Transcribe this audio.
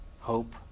hope